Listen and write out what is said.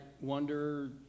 wonder